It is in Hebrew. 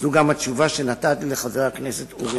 זו גם התשובה שנתתי לחבר הכנסת אורי אורבך.